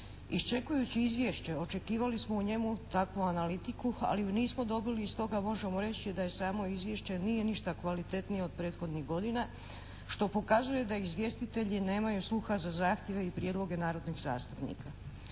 Iščekujući izvješće očekivali smo u njemu takvu analitiku, ali ju nismo dobili i stoga možemo reći da je sam-o izvješće nije ništa kvalitetnije od prethodnih godina, što pokazuje da izvjestitelji nemaju sluha za zahtjeve i prijedloga narodnih zastupnika.